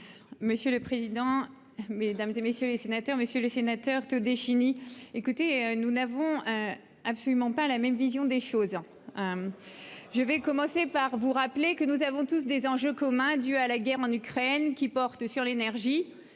monsieur le président, Mesdames et messieurs les sénateurs, Monsieur le Sénateur, Todeschini écoutez, nous n'avons absolument pas la même vision des choses, je vais commencer par vous. Les que nous avons tous des enjeux communs due à la guerre en Ukraine, qui porte sur l'énergie,